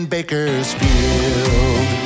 Bakersfield